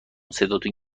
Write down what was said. صداتون